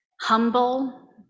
humble